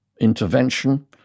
intervention